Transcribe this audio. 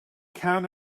count